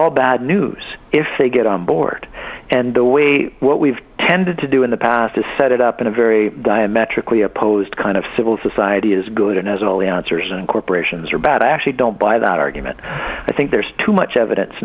all bad news if they get on board and the way what we've tended to do in the past is set it up in a very diametrically opposed kind of civil society as good as all answers and corporations are bad i actually don't buy that argument i think there's too much evidence